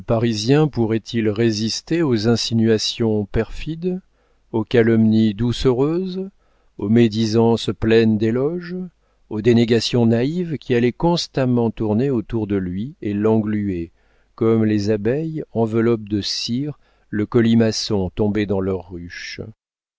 pourrait-il résister aux insinuations perfides aux calomnies doucereuses aux médisances pleines d'éloges aux dénégations naïves qui allaient constamment tourner autour de lui et l'engluer comme les abeilles enveloppent de cire le colimaçon tombé dans leur ruche